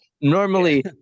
normally